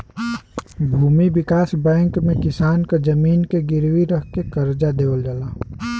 भूमि विकास बैंक में किसान क जमीन के गिरवी रख के करजा देवल जाला